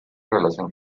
relación